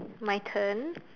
my turn